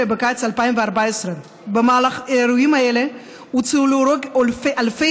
בקיץ 2014. במהלך האירועים האלה הוצאו להורג אלפי